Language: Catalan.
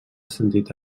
sentit